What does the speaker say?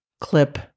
clip